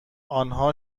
آنها